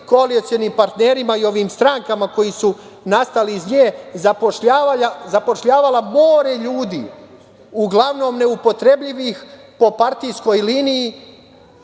koalicionim partnerima i ovim strankama koji su nastali iz nje zapošljavala more ljudi uglavnom neupotrebljivih po partijskoj liniji